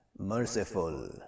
merciful